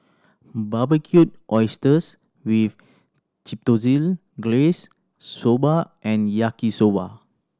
Barbecued Oysters with Glaze Soba and Yaki Soba